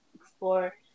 explore